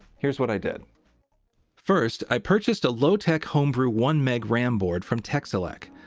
here's what i did first, i purchased a lo-tech homebrew one mb ram board from texelec.